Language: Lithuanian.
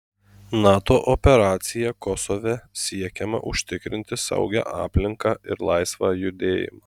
nato operacija kosove siekiama užtikrinti saugią aplinką ir laisvą judėjimą